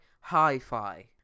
Hi-Fi